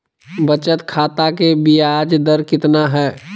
बचत खाता के बियाज दर कितना है?